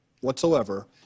whatsoever